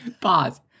Pause